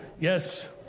Yes